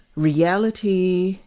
reality,